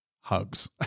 Hugs